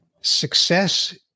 success